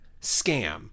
scam